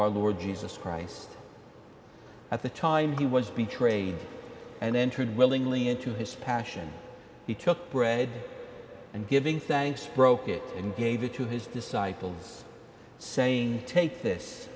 our lord jesus christ at the time he was betrayed and entered willingly into his passion he took bread and giving thanks broke it and gave it to his disciples saying take this